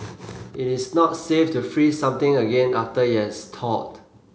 it is not safe to freeze something again after it has thawed